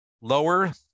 lower